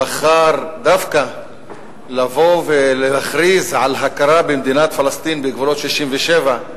הוא בחר דווקא לבוא ולהכריז על הכרה במדינת פלסטין בגבולות 1967,